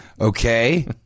okay